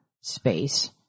space